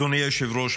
אדוני היושב-ראש,